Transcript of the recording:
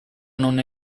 non